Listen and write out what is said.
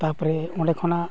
ᱛᱟᱨᱯᱚᱨᱮ ᱚᱸᱰᱮ ᱠᱷᱚᱱᱟᱜ